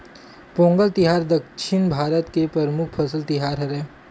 पोंगल तिहार दक्छिन भारत के परमुख फसल तिहार हरय